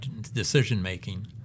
decision-making